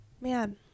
man